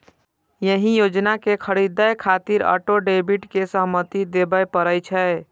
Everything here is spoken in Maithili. एहि योजना कें खरीदै खातिर ऑटो डेबिट के सहमति देबय पड़ै छै